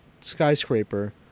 skyscraper